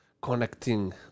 connecting